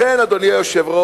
לכן, אדוני היושב-ראש,